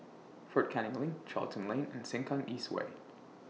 Fort Canning LINK Charlton Lane and Sengkang East Way